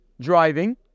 driving